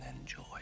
enjoy